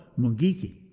Mungiki